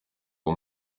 uwo